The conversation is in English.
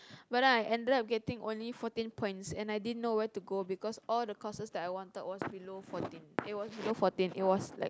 but then I ended up only getting fourteen points and I didn't know where to go because all the courses that I wanted was below fourteen it was below fourteen it was like